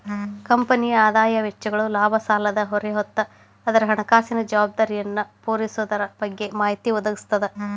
ಕಂಪನಿಯ ಆದಾಯ ವೆಚ್ಚಗಳ ಲಾಭ ಸಾಲದ ಹೊರೆ ಮತ್ತ ಅದರ ಹಣಕಾಸಿನ ಜವಾಬ್ದಾರಿಯನ್ನ ಪೂರೈಸೊದರ ಬಗ್ಗೆ ಮಾಹಿತಿ ಒದಗಿಸ್ತದ